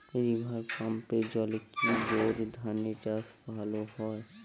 River পাম্পের জলে কি বোর ধানের চাষ ভালো হয়?